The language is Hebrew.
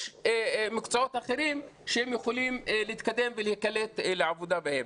יש מקצועות אחרים שהם יכולים להתקדם ולהיקלט לעבודה בהם.